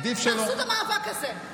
תעשו את המאבק הזה.